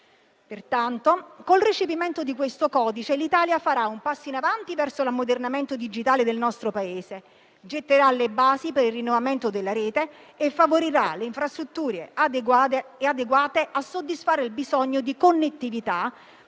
Pertanto, con il recepimento di questo codice, l'Italia farà un passo in avanti verso l'ammodernamento digitale del nostro Paese; getterà le basi per il rinnovamento della rete e favorirà le infrastrutture adeguate a soddisfare il bisogno di connettività